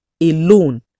alone